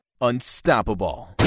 unstoppable